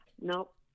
Nope